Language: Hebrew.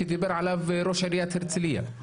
שדיבר עליו ראש עיריית הרצליה?